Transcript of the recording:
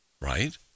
right